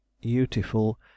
beautiful